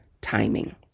timing